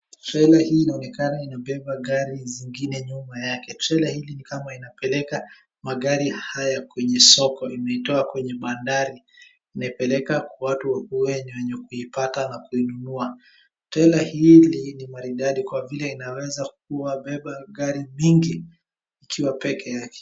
Trela hii inaonekana ina beba gari zingine nyuma yake. Trela hili ni kama inapeleka magari haya kwenye soko . Imetoa kwenye bandari, inapeleka kwa watu wenye kuipata ana kuinunua .Trela hili ni maridadi kwa vile inaweza kiwhabeba gari mingi ikiwa pekee yake.